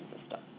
system